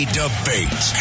debate